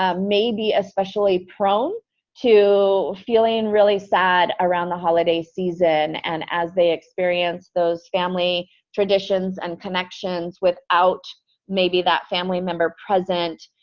ah may be especially prone to feeling really sad around the holiday season. and as they experience those family traditions and connections without maybe that family member present,